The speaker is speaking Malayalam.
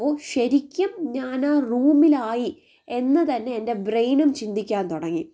അപ്പോൾ ശരിക്കും ഞാൻ ആ റൂമിലായി എന്ന് തന്നെ എൻ്റെ ബ്രെയിനും ചിന്തിക്കാൻ തുടങ്ങി